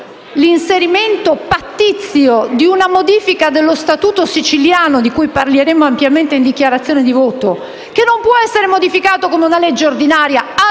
l'inserimento pattizio di una modifica dello Statuto siciliano, di cui parleremo ampiamente in dichiarazione di voto, che non può essere modificato con legge ordinaria (altra